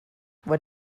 what